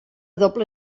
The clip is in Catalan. doble